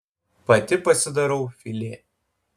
pati pasidarau filė